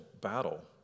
battle